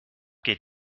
geht